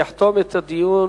יחתום את הדיון